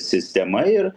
sistema ir